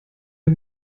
wir